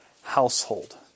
household